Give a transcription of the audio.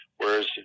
Whereas